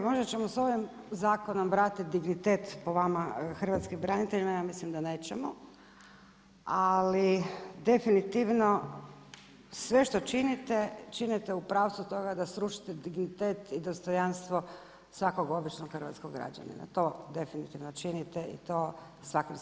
o.k. možda ćemo s ovim zakonom vratiti dignitet po vama hrvatskim braniteljima, ja mislim da nećemo, ali definitivno sve što činite, činite u pravcu toga da srušite dignitet i dostojanstvo svakog običnog hrvatskog građanina, to definitivno činite i to svakim svojim prijedlogom.